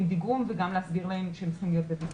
ביגוד ולהסביר להם שהם צריכים להיות בבידוד.